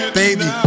baby